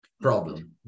problem